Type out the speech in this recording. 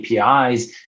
APIs